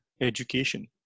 education